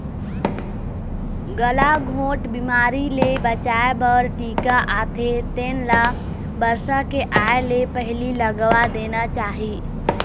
गलाघोंट बिमारी ले बचाए बर टीका आथे तेन ल बरसा के आए ले पहिली लगवा देना चाही